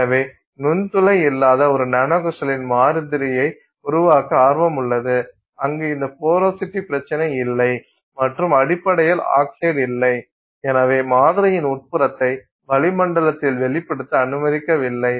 எனவே நுண்துளை இல்லாத ஒரு நானோகிரிஸ்டலின் மாதிரியை உருவாக்க ஆர்வம் உள்ளது அங்கு இந்த போரோசிட்டி பிரச்சினை இல்லை மற்றும் அடிப்படையில் ஆக்சைடு இல்லை ஏனெனில் மாதிரியின் உட்புறத்தை வளி மண்டலத்தில் வெளிப்படுத்த அனுமதிக்கவில்லை